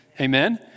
Amen